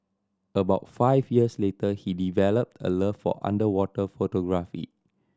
about five years later he developed a love for underwater photography